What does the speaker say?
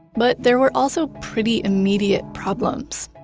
but there were also pretty immediate problems.